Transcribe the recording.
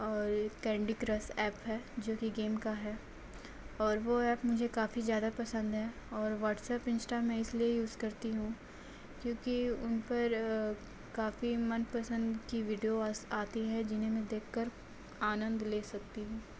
और candy crush app है जो कि गेम का है और वो ऐप मुझे काफ़ी ज़्यादा पसंद है और वॉट्सएप इंस्टा मैं इसलिए यूज़ करती हूँ क्योंकि उन पर काफ़ी मनपसंद की वीडियो आती है जिन्हें मैं देखकर आनंद ले सकती हूँ